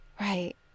Right